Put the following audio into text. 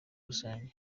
rusange